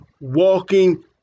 walking